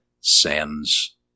sends